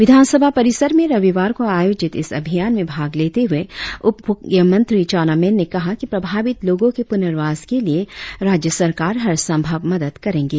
विधान सभा परिसर में रविवार को आयोजित इस अभियान में भाग लेते हुए उप मुख्यमंत्री चाउना मैन ने कहा कि प्रभावित लोगों के पुनर्वास के लिए राज्य सरकार हर संभव मदद करेंगे